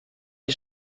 die